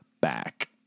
back